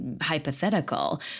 hypothetical